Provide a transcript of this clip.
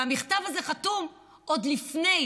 והמכתב הזה חתום עוד לפני